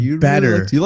Better